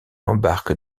embarque